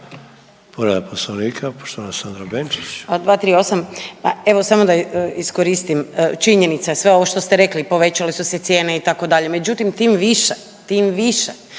Povreda Poslovnika poštovana Sandra Benčić.